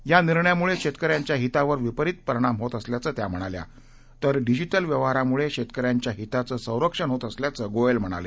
या निर्णयामुळे शेतकऱ्यांच्या हितावर विपरित परिणाम होत असल्याचं त्या म्हणाल्या तर डिजिटल व्यवहारामुळे शेतकऱ्यांच्या हिताचं संरक्षण होत असल्याचं गोयल म्हणाले